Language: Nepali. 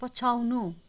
पछ्याउनु